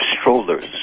strollers